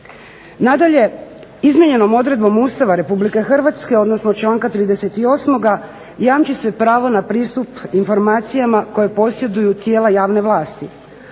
Nadalje izmijenjenom odredbom Ustava Republike Hrvatske, odnosno članka 38. jamči se pravo na pristup informacijama koje posjeduju tijela javne vlasti,